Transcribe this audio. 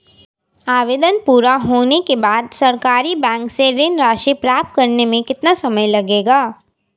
आवेदन पूरा होने के बाद सरकारी बैंक से ऋण राशि प्राप्त करने में कितना समय लगेगा?